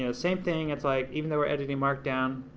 you know same thing, it's like, even though we're editing markdown,